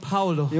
Paulo